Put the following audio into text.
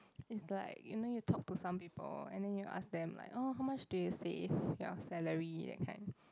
is like you know you talk to some people and then you ask them like oh how much do you save your salary that kind